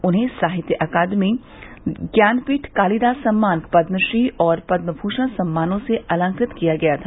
उन्हें साहित्य अकादमी ज्ञानपीठ कालीदास सम्मान पद्मश्री और पद्मश्रषण सम्मानों से अलंकृत किया गया था